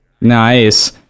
nice